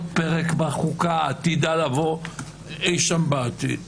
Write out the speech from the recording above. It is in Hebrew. פרק בחוקה העתידה לבוא אי שם בעתיד.